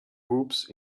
hoops